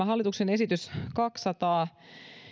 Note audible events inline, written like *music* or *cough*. *unintelligible* hallituksen *unintelligible* *unintelligible* esitykseen kaksisataa